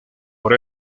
por